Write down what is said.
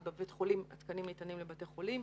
ובבית חולים התקנים ניתנים לבתי חולים.